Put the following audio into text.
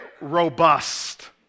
robust